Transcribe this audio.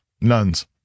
nuns